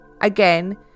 Again